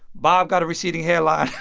bob got a receding hairline.